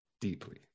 deeply